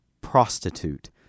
prostitute